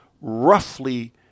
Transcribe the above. roughly